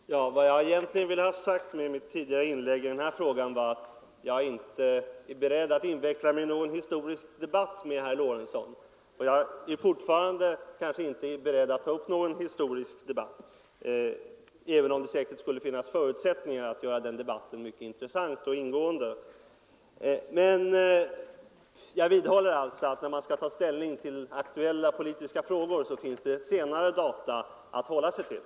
Herr talman! Vad jag egentligen ville ha sagt med mitt förra inlägg i denna fråga var att jag inte är beredd att inveckla mig i någon historisk debatt med herr Lorentzon. Och jag är väl fortfarande inte beredd att ta upp någon sådan debatt, även om det kunde finnas förutsättningar för att göra det meningsutbytet både ingående och intressant. Jag vidhåller att när man skall ta ställning till aktuella politiska frågor finns det senare data att hålla sig till.